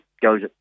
goes